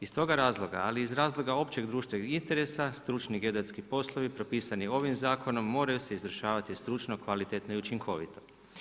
Iz toga razloga, ali i iz razloga općeg društvenog interesa, stručni geodetski poslovi propisani ovim zakonom moraju se izvršavati stručno, kvalitetno i učinkovito.